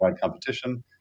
competition